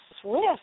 swift